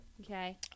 Okay